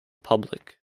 public